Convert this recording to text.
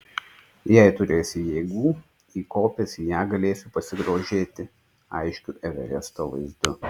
jei turėsiu jėgų įkopęs į ją galėsiu pasigrožėti aiškiu everesto vaizdu